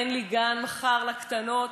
אין לי גן מחר לקטנות,